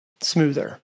smoother